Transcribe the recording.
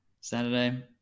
saturday